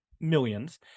millions